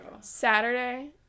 Saturday